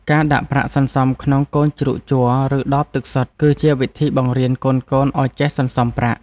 ការដាក់ប្រាក់សន្សំក្នុងកូនជ្រូកជ័រ ឬដបទឹកសុទ្ធ គឺជាវិធីបង្រៀនកូនៗឱ្យចេះសន្សំប្រាក់។